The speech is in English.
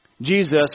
Jesus